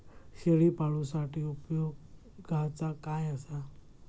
शेळीपाळूसाठी उपयोगाचा काय असा?